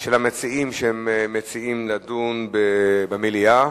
של המציעים, שמציעים לדון במליאה,